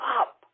up